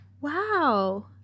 Wow